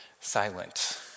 silent